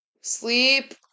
sleep